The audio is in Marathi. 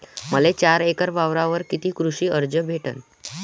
मले चार एकर वावरावर कितीक कृषी कर्ज भेटन?